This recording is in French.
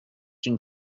une